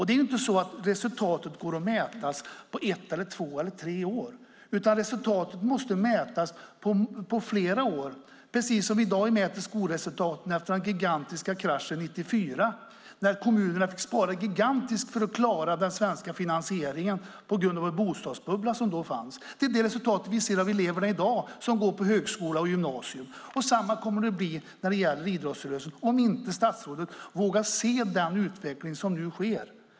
Det är inte så att resultatet kan mätas på ett, två eller tre år, utan resultatet måste mätas på flera år, precis som vi i dag mäter skolresultaten efter den gigantiska kraschen 1994, när kommunerna fick spara gigantiskt för att klara den svenska finansieringen på grund av den bostadsbubbla som fanns då. Det är det resultatet vi ser i dag bland de elever som går på högskola och gymnasium. Detsamma kommer det att bli när det gäller idrottsrörelsen - om statsrådet inte vågar se den utveckling som nu sker.